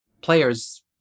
Players